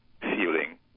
feeling